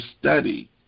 study